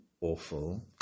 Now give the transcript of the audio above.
awful